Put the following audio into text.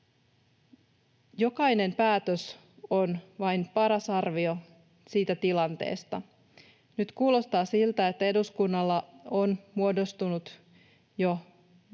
Jokainen päätös on vain paras arvio siitä tilanteesta. Nyt kuulostaa siltä, että eduskunnalla on muodostunut jo